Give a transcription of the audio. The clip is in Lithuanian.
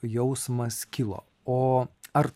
jausmas kilo o ar